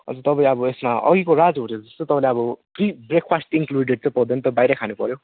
हजुर तपाईँ अब यसमा अगिको राज होटल जस्तो तपाईँले अब फ्री ब्रेकफास्ट इन्क्लुडेड चाहिँ पाउँदैन तपाईँले बाहिरै खानुपऱ्यो